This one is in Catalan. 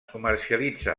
comercialitza